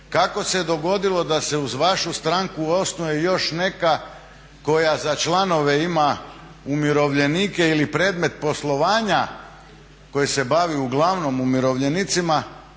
Kako se dogodilo da se uz vašu stranku osnuje još neka koja za članove ima umirovljenike ili predmet poslovanja koji se bavi uglavnom umirovljenicima